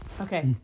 Okay